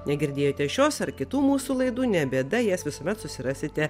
negirdėjote šios ar kitų mūsų laidų ne bėda jas visuomet susirasite